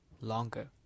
longer